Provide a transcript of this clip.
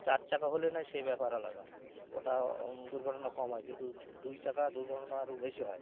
চার চাকা হলে নয় সে ব্যাপার আলাদা ওটা দুর্ঘটনা কম হয় কিন্তু দুই চাকার দুর্ঘটনা আরও বেশি হয়